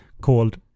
Called